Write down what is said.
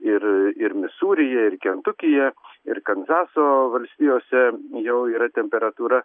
ir ir misūryje ir kentukyje ir kanzaso valstijose jau yra temperatūra